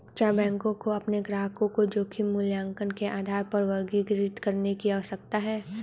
क्या बैंकों को अपने ग्राहकों को जोखिम मूल्यांकन के आधार पर वर्गीकृत करने की आवश्यकता है?